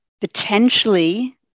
potentially